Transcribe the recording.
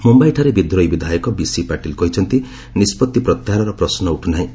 ମୁମ୍ଭାଇଠାରେ ବିଦ୍ରୋହୀ ବିଧାୟକ ବିସି ପାଟିଲ୍ କହିଛନ୍ତି ନିଷ୍କଭି ପ୍ରତ୍ୟାହାରର ପ୍ରଶ୍ନ ଉଠୁ ନାହିଁ